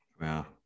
wow